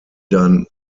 dann